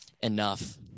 Enough